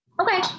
Okay